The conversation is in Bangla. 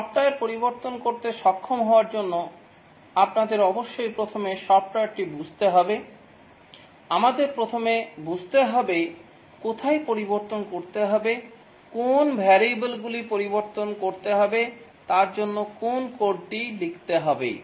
সফ্টওয়্যার পরিবর্তন করতে সক্ষম হওয়ার জন্য আমাদের অবশ্যই প্রথমে সফ্টওয়্যারটি বুঝতে হবে আমাদের প্রথমে বুঝতে হবে কোথায় পরিবর্তন করতে হবে কোন ভেরিয়েবলগুলি পরিবর্তন করতে হবে তার জন্য কোন কোডটি লিখতে হবে